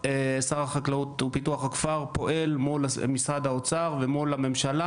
החקלאות ופיתוח הכפר פועל מול משרד האוצר ומול הממשלה